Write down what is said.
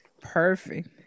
Perfect